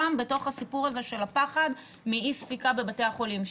בתוך הסיפור הזה של הפחד מאי ספיקה בבתי החולים.